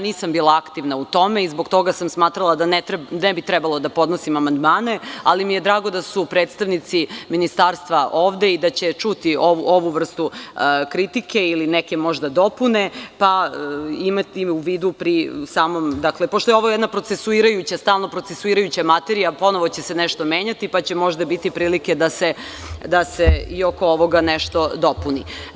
Nisam bila aktivna u tome i zbog toga sam smatrala da ne bi trebalo da podnosim amandmane, ali mi je drago da su predstavnici ministarstva ovde i da će čuti ovu vrstu kritike, ili neke možda dopune, pa imati u vidu, pošto je ovo jedna stalno procesuirajuća materija, ponovo će se nešto menjati, pa će možda biti prilike da se i oko ovoga nešto dopuni.